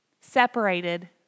separated